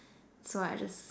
so I just